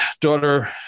daughter